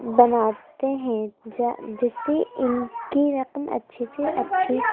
بناتے ہیں جا جس سے اِن کی رقم اچھی سے اچھی